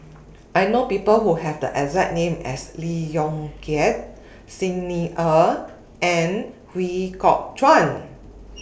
I know People Who Have The exact name as Lee Yong Kiat Xi Ni Er and Ooi Kok Chuen